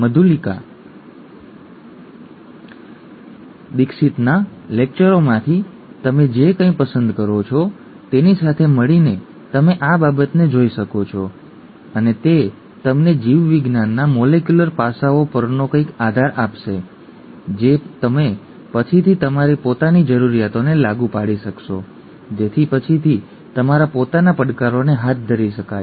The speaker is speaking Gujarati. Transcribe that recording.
મધુલિકા દીક્ષિતનાં લેક્ચરોમાંથી તમે જે કંઈ પસંદ કરો છો તેની સાથે મળીને તમે આ બાબતને જોઈ શકો છો અને તે તમને જીવવિજ્ઞાનના મોલેક્યુલર પાસાંઓ પરનો કંઈક આધાર આપશે જે તમે પછીથી તમારી પોતાની જરૂરિયાતોને લાગુ પાડી શકશો જેથી પછીથી તમારા પોતાના પડકારોને હાથ ધરી શકાય